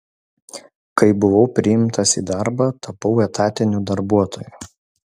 kai buvau priimtas į darbą tapau etatiniu darbuotoju